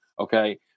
okay